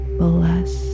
bless